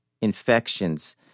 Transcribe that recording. infections